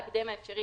בהקדם האפשרי,